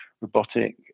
robotic